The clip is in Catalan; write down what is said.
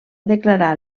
declarar